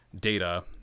data